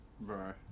Bro